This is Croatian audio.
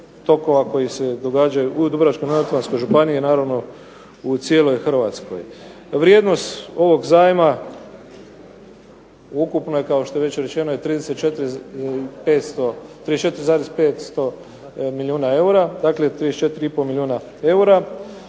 tokova koji se događaju u Dubrovačko-neretvanskoj županiji i naravno u cijeloj Hrvatskoj. Vrijednost ovog zajma ukupno je, kao što je već rečeno, je 34,5 milijuna eura. Dakle, 34,5 milijuna eura.